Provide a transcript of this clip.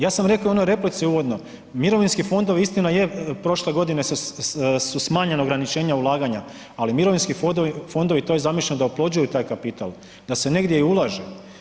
Ja sam rekao i onoj replici uvodno, mirovinski fondovi istina je prošle godine su smanjena ograničenja ulaganja, ali mirovinski fondovi to je zamišljeno da oplođuju taj kapital da se negdje i ulaže.